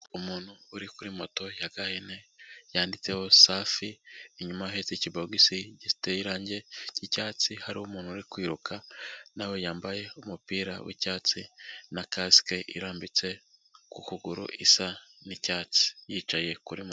Umuntu uri kuri moto ya gahene yanditseho safi, inyuma ahetse ikibogisi giteye irange ry'icyatsi hariho umuntu uri kwiruka, nawe yambaye umupira w'icyatsi na kasike irambitse ku kuguru isa n'icyatsi yicaye kuri moto.